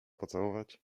pocałować